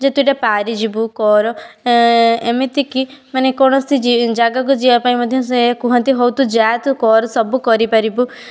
ଯେ ତୁ ଏଟା ପାରିଯିବୁ କର ଏ ଏମିତି କି ମାନେ କୌଣସି ଜାଗାକୁ ଯିବା ପାଇଁ ମଧ୍ୟ ସେ କୁହନ୍ତି ହଉ ତୁ ଯା ତୁ କର ସବୁ କରିପାରିବୁ